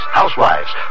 housewives